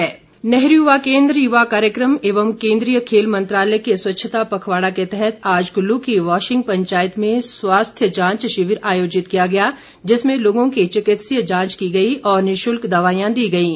स्वच्छता शिविर नेहरू युवा केन्द्र युवा कार्यक्रम एवं केन्द्रीय खेल मंत्रालय के स्वच्छता पखवाड़ा के तहत आज कल्लू की वाशिंग पंचायत में स्वास्थ्य जांच शिविर आयोजित किया गया जिसमें लोगों की चिकित्सीय जांच की गई और निशुल्क दवाईयां दी गईं